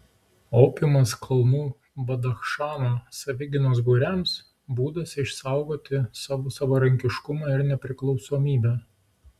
opiumas kalnų badachšano savigynos būriams būdas išsaugoti savo savarankiškumą ir nepriklausomybę